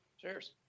Cheers